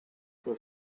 were